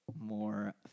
more